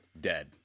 dead